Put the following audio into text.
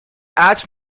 عطر